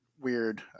Weird